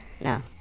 No